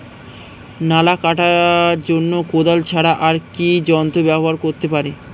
নালা কাটার জন্য কোদাল ছাড়া আর কি যন্ত্র ব্যবহার করতে পারি?